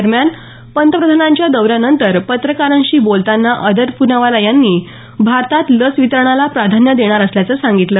दरम्यान पंतप्रधानांच्या दौऱ्यानंतर पत्रकारांशी बोलताना अदर पुनावाला यांनी भारतात लस वितरणाला प्राधान्य देणार असल्याचं सांगितलं